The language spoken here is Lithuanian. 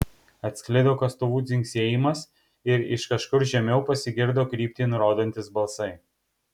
atsklido kastuvų dzingsėjimas ir iš kažkur žemiau pasigirdo kryptį nurodantys balsai